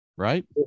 right